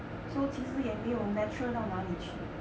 so 其实也没有 natural 到哪里去